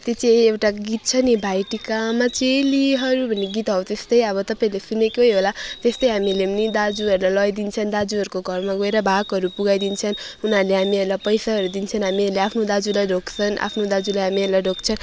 त्यो चाहिँ एउटा गीत छ नि भाइटिकामा चेलीहरू भन्ने गीत हौ त्यस्तै अब तपाईँले सुनेकै होला त्यस्तै हामीले पनि दाजुहरूलाई लगाइदिन्छन् दाजुहरूको घरमा गएर भागहरू पुर्याइदिन्छन् उनीहरूले हामीहरूलाई पैसाहरू दिन्छन् हामीहरूले आफ्नो दाजुलाई ढोग्छन् आफ्नो दाजुहरूले हामीहरूलाई ढोग्छन्